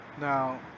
now